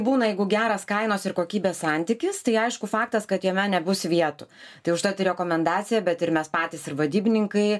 būna jeigu geras kainos ir kokybės santykis tai aišku faktas kad jame nebus vietų tai užtat rekomendacija bet ir mes patys ir vadybininkai